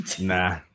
Nah